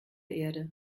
erde